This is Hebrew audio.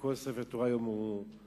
וכל ספר תורה היום נמצא,